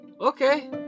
okay